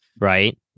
right